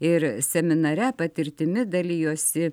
ir seminare patirtimi dalijosi